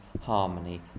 harmony